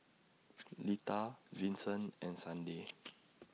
Lita Vincent and Sunday